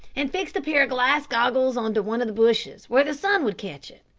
and fixed a pair of glass goggles on to one of the bushes, where the sun would catch it.